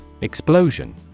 Explosion